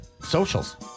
Socials